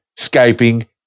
Skyping